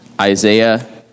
Isaiah